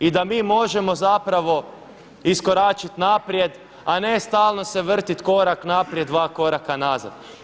I da mi možemo zapravo iskoračiti naprijed a ne stalno se vriti korak naprijed, dva koraka nazad.